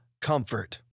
comfort